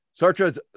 Sartre's